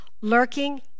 lurking